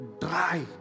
dry